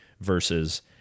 versus